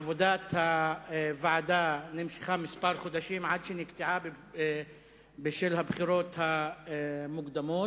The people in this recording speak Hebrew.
עבודת הוועדה נמשכה כמה חודשים עד שנתקעה בשל הבחירות המוקדמות.